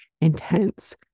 intense